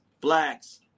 blacks